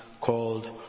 called